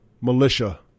militia